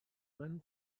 ran